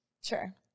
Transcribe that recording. Sure